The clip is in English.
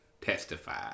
Testify